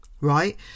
right